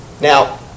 Now